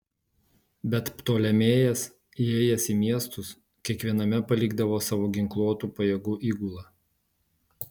bet ptolemėjas įėjęs į miestus kiekviename palikdavo savo ginkluotų pajėgų įgulą